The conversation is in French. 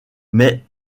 mais